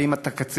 ואם אתה קצין,